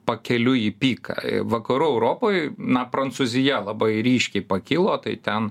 pakeliui į piką vakarų europoj na prancūzija labai ryškiai pakilo tai ten